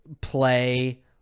play